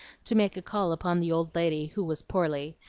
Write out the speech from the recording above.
to make a call upon the old lady who was poorly,